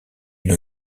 une